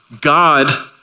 God